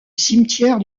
cimetière